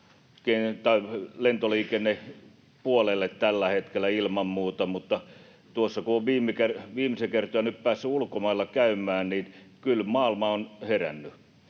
lentoliikennepuolelle tällä hetkellä ilman muuta, mutta mitä olen nyt viimeisiä kertoja päässyt ulkomailla käymään, niin kyllä maailma on herännyt,